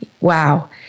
Wow